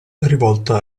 rivolta